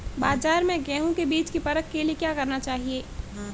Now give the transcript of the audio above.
बाज़ार में गेहूँ के बीज की परख के लिए क्या करना चाहिए?